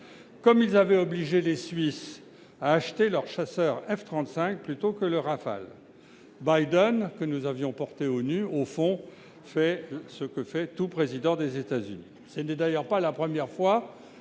comme ils avaient obligé les Suisses à acheter leurs chasseurs F-35 plutôt que le Rafale. Biden, que nous avions porté aux nues, fait au fond ce que fait tout président des États-Unis. Ce n'est d'ailleurs pas la première fois